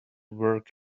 work